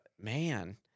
Man